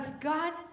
God